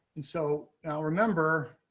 and so our number.